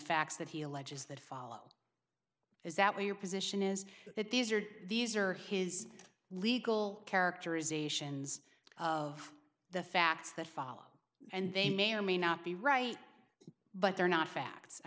facts that he alleges that follow is that what your position is that these are these are his legal characterizations of the facts that follow and they may or may not be right but they're not facts i